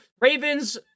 Ravens